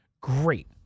great